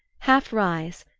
half rise,